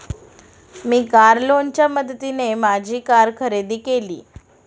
मी car लोनच्या मदतीने माझी कार खरेदी केली